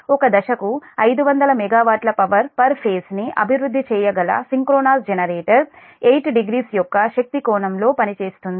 ఒక దశకు 500 మెగావాట్ల పవర్ పర్ ఫేజ్ ని అభివృద్ధి చేయగల సింక్రోనస్ జనరేటర్ 80 యొక్క శక్తి కోణంలో పనిచేస్తుంది